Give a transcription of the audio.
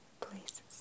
places